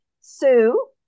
Sue